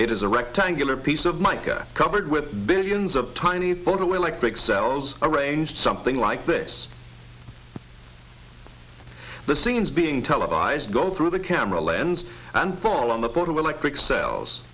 is a rectangular piece of mica covered with billions of tiny photoelectric cells arranged something like this the scenes being televised go through the camera lens and fall on the photo electric cells